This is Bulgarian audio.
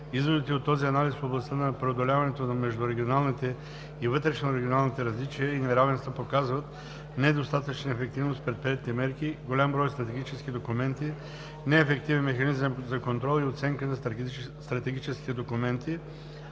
Изводите от този анализ в областта на преодоляването на междурегионалните и вътрешнорегионалните различия и неравенства показват недостатъчна ефективност в предприетите мерки, голям брой стратегически документи, неефективен механизъм за контрол и оценка на стратегическите документи,